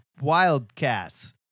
Wildcats